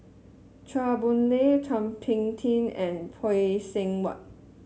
Chua Boon Lay Thum Ping Tjin and Phay Seng Whatt